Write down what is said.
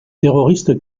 terroriste